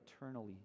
eternally